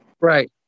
right